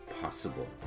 possible